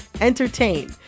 entertain